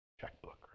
checkbook